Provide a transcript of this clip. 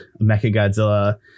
Mechagodzilla